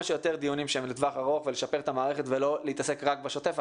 שיותר דיונים שהם לטווח ארוך ולשפר את המערכת ולא להתעסק רק בשוטף,